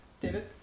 David